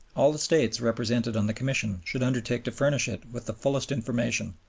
all the states represented on the commission should undertake to furnish it with the fullest information,